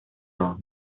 راه